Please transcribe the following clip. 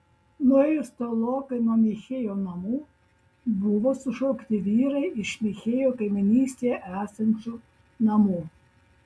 nuėjus tolokai nuo michėjo namų buvo sušaukti vyrai iš michėjo kaimynystėje esančių namų